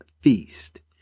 feast